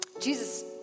Jesus